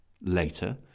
later